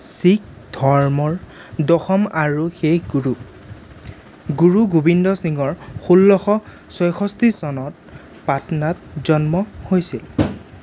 শিখ ধৰ্মৰ দশম আৰু শেষ গুৰু গুৰু গোবিন্দ সিঙৰ ষোল্লশ ছয়ষষ্ঠি চনত পাটনাত জন্ম হৈছিল